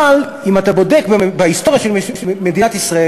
אבל אם אתה בודק את ההיסטוריה של מדינת ישראל,